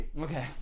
Okay